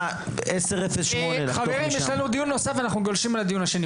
ערוץ הכנסת -- חברים יש לנו דיון נוסף אנחנו גולשים לדיון השני,